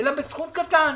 אלא בסכום קטן.